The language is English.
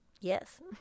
yes